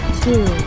two